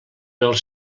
els